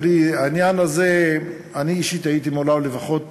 תראי, העניין הזה, אני אישית הייתי מעורב לפחות